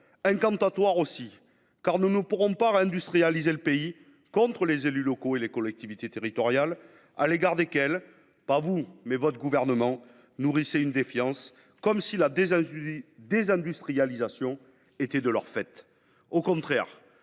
incantatoire encore, car nous ne pourrons réindustrialiser le pays contre les élus locaux et les collectivités territoriales, à l’égard desquels votre gouvernement nourrit une défiance, comme si la désindustrialisation était de leur fait. Au contraire,